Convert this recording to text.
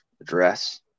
address